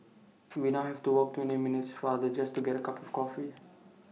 we now have to walk twenty minutes farther just to get A cup of coffee